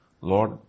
Lord